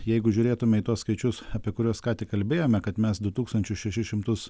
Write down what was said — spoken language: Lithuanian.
jeigu žiūrėtume į tuos skaičius apie kuriuos ką tik kalbėjome kad mes du tūkstančius šešis šimtus